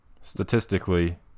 Statistically